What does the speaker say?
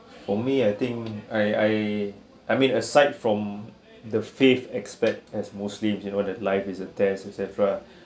for me I think I I I mean aside from the faith expect as muslims you know that life is a test etcetera